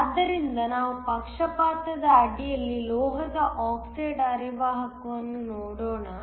ಆದ್ದರಿಂದ ನಾವು ಪಕ್ಷಪಾತದ ಅಡಿಯಲ್ಲಿ ಲೋಹದ ಆಕ್ಸೈಡ್ ಅರೆವಾಹಕವನ್ನು ನೋಡೋಣ